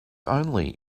only